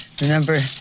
remember